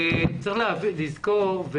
צריך לזכור,